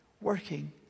working